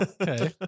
okay